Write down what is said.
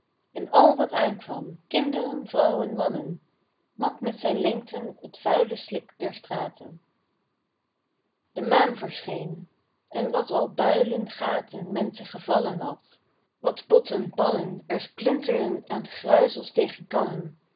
en al wat aankwam kinderen vrouwen mannen mat met zijn lengten t vuile slik der straten de maan verscheen en wat al builen gaten men zich gevallen had wat potten pannen er splinterden aan gruizels tegen kannen